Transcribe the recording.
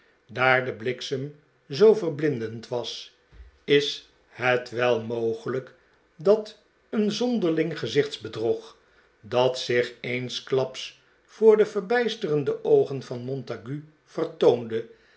daar de bliksem zoo verblindend was is het wel mogelijk dat een zonderling gezichtsbedrog dat zich eensklaps voor de verbijsterde oogen van montague vertoonde